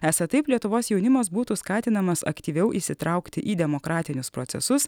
esą taip lietuvos jaunimas būtų skatinamas aktyviau įsitraukti į demokratinius procesus